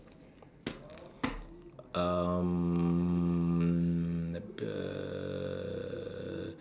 um